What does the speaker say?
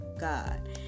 God